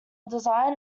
design